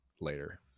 later